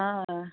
હા